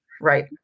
Right